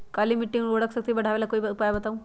काली मिट्टी में उर्वरक शक्ति बढ़ावे ला कोई उपाय बताउ?